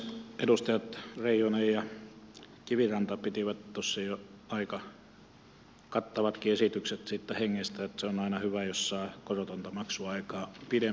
edustajat reijonen ja kiviranta pitivät tuossa jo aika kattavatkin esitykset siitä hengestä että se on aina hyvä jos saa korotonta maksuaikaa pidempään